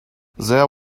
there